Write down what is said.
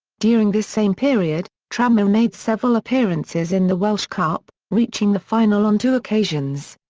during this same period, tranmere made several appearances in the welsh cup, reaching the final on two occasions.